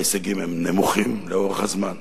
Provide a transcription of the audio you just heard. ההישגים הם נמוכים לאורך הזמן,